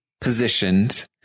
positioned